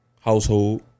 household